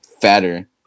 fatter